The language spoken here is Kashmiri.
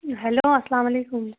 ہٮ۪لو اسلام علیکُم